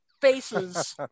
faces